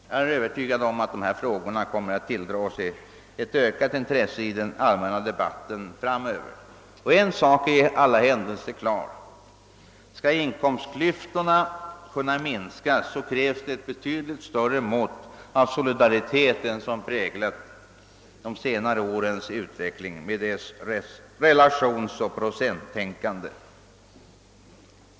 Jag är övertygad om att dessa frågor kommer att tilldra sig ett ökat intresse i den allmänna debatten framöver. En sak är i alla händelser klar: skall inkomstklyftorna kunna minskas, så krävs ett betydligt större mått av solidaritet än som präglat de senare årens utveckling med dess relationsoch procenttänkande.